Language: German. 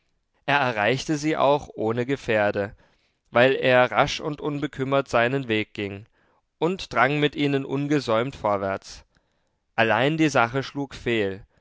er erreichte sie auch ohne gefährde weil er rasch und unbekümmert seinen weg ging und drang mit ihnen ungesäumt vorwärts allein die sache schlug fehl